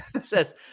says